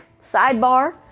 Sidebar